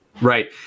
right